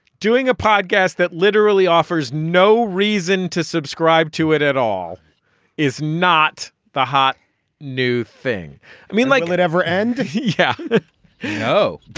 doing a podcast that literally offers no reason to subscribe to it at all is not the hot new thing i mean like it ever end. yeah oh